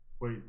Wait